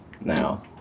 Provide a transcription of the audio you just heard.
now